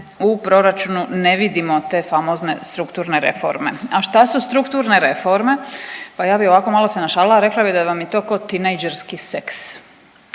u proračunu ne vidimo te famozne strukturne reforme. A šta su strukturne reforme? Pa ja bi ovako malo se našalila rekla bi da vam je to ko tinejdžerski seks,